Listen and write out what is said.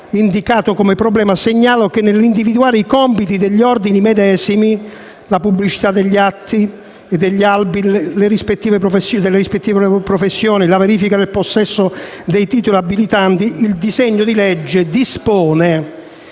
indicato come problema - che nell'individuare i compiti degli ordini medesimi, la pubblicità degli atti e degli albi delle rispettive professioni e la verifica del possesso dei titoli abilitanti, il disegno di legge in